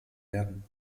werden